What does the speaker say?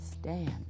stand